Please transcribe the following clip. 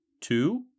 Two